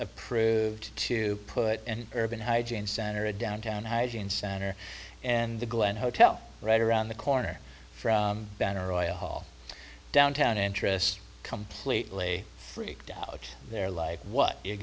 approved to put an urban hygiene center a downtown hygiene center and the glen hotel right around the corner from benaroya hall downtown interest completely freaked out there like what you're